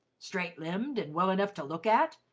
straight-limbed and well enough to look at?